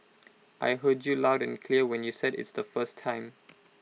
I heard you loud and clear when you said its the first time